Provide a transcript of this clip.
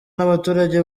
n’abaturage